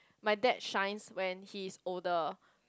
my dad shines when he is older